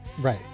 Right